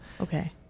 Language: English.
Okay